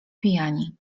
pijani